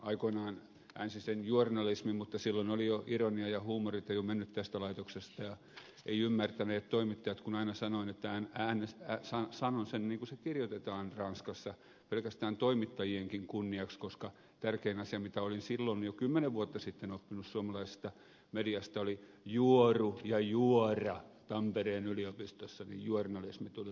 aikoinaan äänsin sen juornalismi mutta silloin oli jo ironia ja huumorintaju mennyt tästä laitoksesta ja eivät ymmärtäneet toimittajat kun aina sanoin että sanon sen niin kuin se kirjoitetaan ranskassa pelkästään toimittajienkin kunniaksi koska tärkein asia mitä olin silloin jo kymmenen vuotta sitten oppinut suomalaisesta mediasta oli juoru ja juora tampereen yliopistossa niin juornalismi tuli luonnostaan